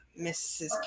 mrs